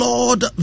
Lord